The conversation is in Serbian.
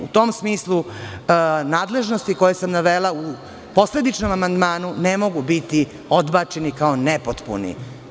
U tom smislu, nadležnosti koje sam navela u posledičnom amandmanu ne mogu biti odbačeni kao nepotpuni.